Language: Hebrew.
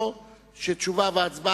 להכנתה?